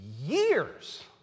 years